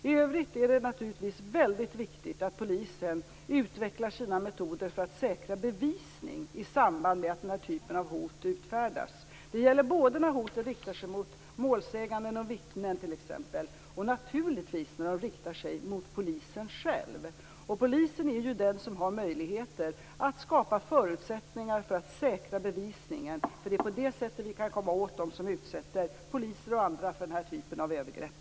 I övrigt är det naturligtvis väldigt viktigt att polisen utvecklar sina metoder för att säkra bevisning i samband med att den här typen av hot utfärdas. Det gäller både när hoten riktar sig mot målsägande och vittnen och naturligtvis när de riktar sig mot polisen själv. Polisen är ju den som har möjligheter att skapa förutsättningar för att säkra bevisningen. Det är på det sättet vi kan komma åt dem som utsätter poliser och andra för den här typen av övergrepp.